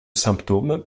symptômes